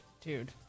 Dude